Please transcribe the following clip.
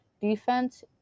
defense